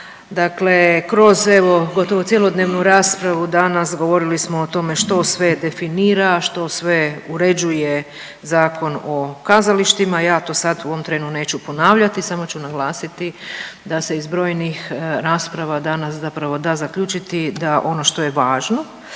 Dakle kroz evo gotovo cjelodnevnu raspravu danas govorili smo o tome što sve definira i što sve uređuje Zakon o kazalištima. Ja to sad u ovom trenu neću ponavljati, samo ću naglasiti da se iz brojnih rasprava danas zapravo da zaključiti da ono što je važno,